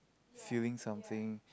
feeling something